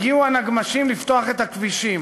הגיעו הנגמ"שים לפתוח את הכבישים.